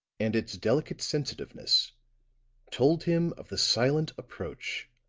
and its delicate sensitiveness told him of the silent approach